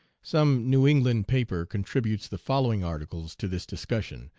some new england paper contributes the following articles to this discussion,